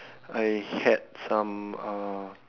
I had some uh